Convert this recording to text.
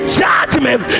judgment